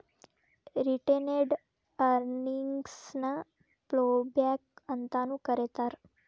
retained earnings ನ plough back ಅಂತಾನೂ ಕರೇತಾರ